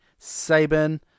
Saban